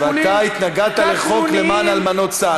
ואתה התנגדת לחוק למען אלמנות צה"ל,